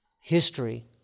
history